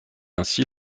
ainsi